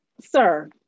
Sir